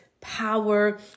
power